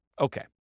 Okay